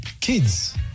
kids